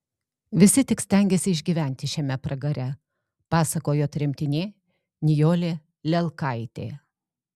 visi tik stengėsi išgyventi šiame pragare pasakojo tremtinė nijolė lelkaitė